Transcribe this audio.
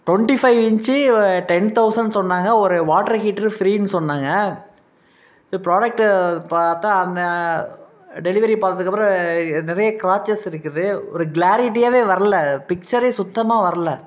twenty five inch ten thousand சொன்னாங்க ஒரு water heater ஃப்ரீன்னு சொன்னாங்க ப்ரோடக்ட்டு பார்த்தா அந்த டெலிவரி பண்ணதுக்கப்பறம் நிறைய க்ராச்சஸ் இருக்குது ஒரு க்ளாரிட்டியாவே வர்லை பிக்ச்சரே சுத்தமாக வர்லை